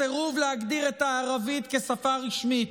הסירוב להגדיר את הערבית כשפה רשמית,